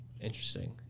Interesting